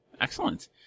Excellent